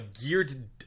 geared